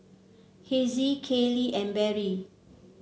Hezzie Caylee and Beryl